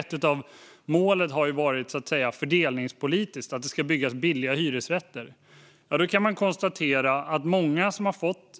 Ett av målen har varit fördelningspolitiskt - att det ska byggas billiga hyresrätter - men vi kan konstatera att många som har fått